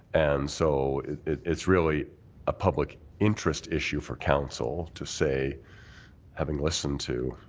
and so it's really a public interest issue for council to say having listened to